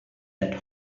that